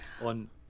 On